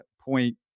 point